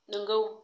नोंगौ